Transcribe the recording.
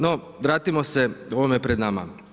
No vratimo se ovome pred nama.